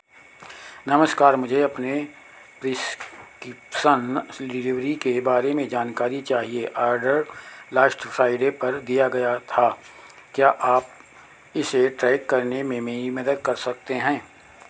नमस्कार मुझे अपने प्रिस्क्रिप्सन डिलेबरी के बारे में जानकारी चाहिए आर्डर लास्ट फ्राइडे पर दिया गया था क्या आप इसे ट्रैक करने में मेरी मदद कर सकते हैं